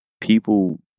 people